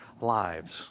lives